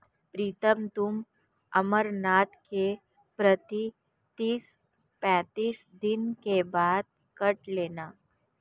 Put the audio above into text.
प्रीतम तुम अमरनाथ के पत्ते तीस पैंतीस दिन के बाद काट लेना